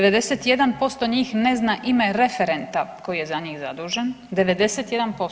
91% njih ne zna ime referenta koji je za njih zadužen, 91%